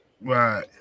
Right